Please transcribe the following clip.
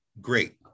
great